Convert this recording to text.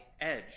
Edge